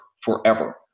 forever